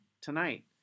tonight